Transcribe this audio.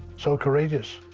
so courageous.